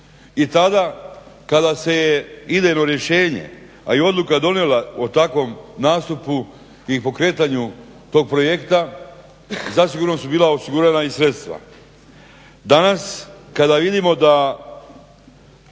I tada kada se je idejno rješenje, a i odluka donijela o takvom nastupu i pokretanju tog projekta zasigurno su bila osigurana i sredstva. Danas kada vidimo da